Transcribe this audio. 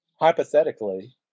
hypothetically